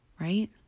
Right